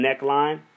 neckline